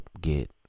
get